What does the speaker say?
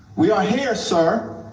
we are here, sir,